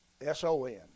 S-O-N